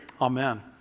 amen